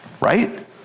Right